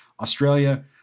Australia